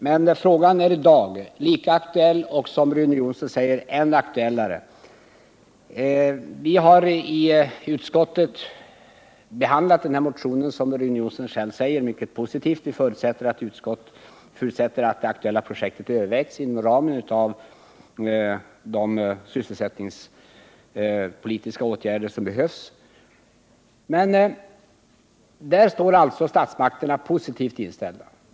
Men frågan är i dag lika aktuell eller, som Rune Jonsson sade, ännu aktuellare. Utskottet har, som Rune Jonsson sade, behandlat motionen 2387 mycket positivt. Vi förutsätter att det aktuella projektet övervägs inom ramen för de sysselsättningspolitiska åtgärder som behövs. Statsmakterna är alltså positivt inställda.